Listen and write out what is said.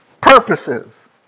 purposes